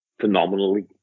phenomenally